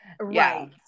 Right